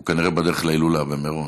הוא כנראה בדרך להילולה במירון.